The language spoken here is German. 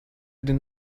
den